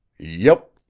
yep,